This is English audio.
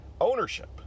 ownership